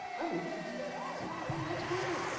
i needed to do that last night, oh, that's good.